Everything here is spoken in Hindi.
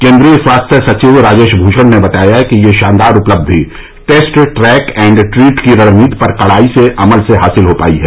केन्द्रीय स्वास्थ्य सचिव राजेश भूषण ने बताया कि यह शानदार उपलब्धि टेस्ट ट्रैक एंड ट्रीट की रणनीति पर कड़ाई से अमल से हासिल हो पायी है